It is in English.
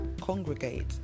congregate